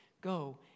Go